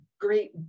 great